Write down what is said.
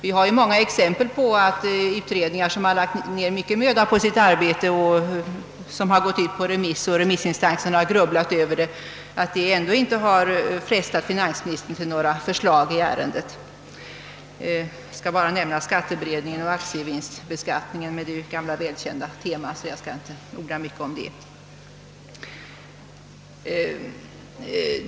Det finns ju många exempel på att utredningar lagt ned mycken möda på att utarbeta ett betänkande, som remissinstanserna sedan grubblat över, utan att detta frestat finansministern till några förslag. Jag nämner endast skatteberedningen och utredningen om aktievinstbeskattning. Men då detta är gamla välkända teman skall jag inte orda om dem.